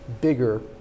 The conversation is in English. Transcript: bigger